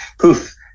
poof